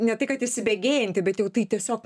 ne tai kad įsibėgėjanti bet jau tai tiesiog